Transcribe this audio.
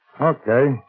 Okay